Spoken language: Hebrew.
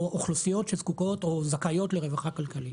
או אוכלוסיות שזקוקות או זכאיות לרווחה כלכלית.